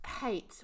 hate